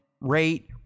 rate